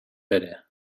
pere